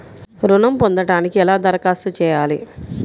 ఋణం పొందటానికి ఎలా దరఖాస్తు చేయాలి?